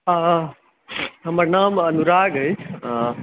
हँ हमर नाम अनुराग अछि